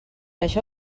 això